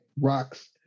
rocks